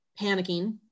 panicking